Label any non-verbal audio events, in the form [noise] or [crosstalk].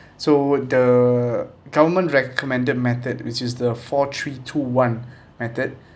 so the government recommended method which is the four three two one [breath] method